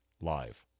Live